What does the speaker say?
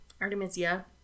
Artemisia